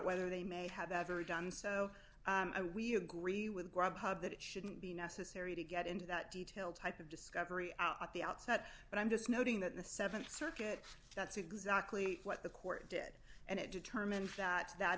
whether they may have ever done so we agree with that it shouldn't be necessary to get into that detail type of discovery at the outset but i'm just noting that the th circuit that's exactly what the court did and it determined that that